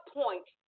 point